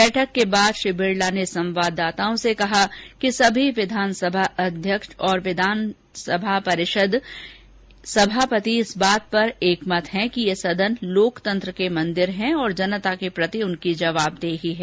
बैठक के बाद श्री बिरला ने संवाददाताओं से कहा कि सभी विधानसभा अध्यक्ष और विधान परिषद समापति इस बात पर एकमत हैं कि ये सदन लोकतंत्र के मंदिर हैं और जनता के प्रति उनकी जवाबदेही है